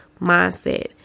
mindset